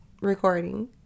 recording